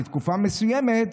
לתקופה מסוימת,